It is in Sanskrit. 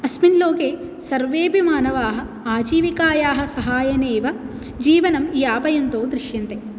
अस्मिन् लोके सर्वेऽपि मानवाः आजीविकायाः सहाय्येनेव जीवनं यापयन्तो दृश्यन्ते